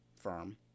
firm